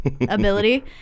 ability